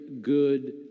good